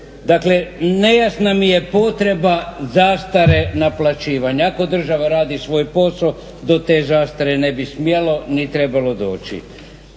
Dakle, nejasna mi je potreba zastare naplaćivanja. Ako država radi svoj posao do te zastare ne bi smjelo ni trebalo doći.